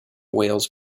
wales